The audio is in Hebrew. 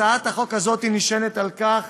הצעת החוק הזאת נשענת על כך